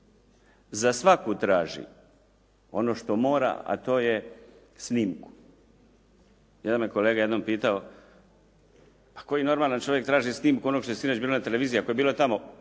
Za svaku traži ono što mora a to je snimku. Jedan me kolega jednom pitao a koji normalan čovjek traži snimku onoga što je sinoć bilo na televiziji. Ako je bilo tamo